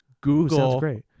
Google